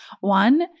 one